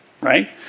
right